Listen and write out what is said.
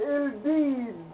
indeed